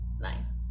nine